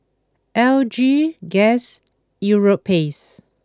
L G Guess Europace